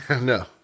no